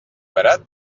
barat